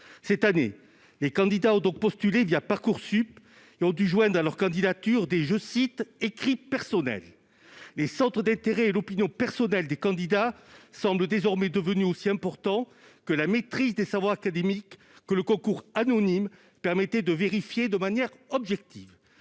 Cette année, les candidats ont donc postulé Parcoursup et ont dû joindre des « écrits personnels » à leur candidature. Les centres d'intérêt et l'opinion personnelle des candidats semblent désormais devenus aussi importants que la maîtrise des savoirs académiques, que le concours anonyme permettait de vérifier de manière objective.